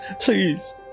please